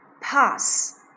pass